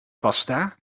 pasta